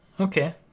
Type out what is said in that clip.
Okay